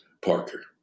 Parker